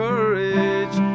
Courage